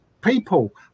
People